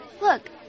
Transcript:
Look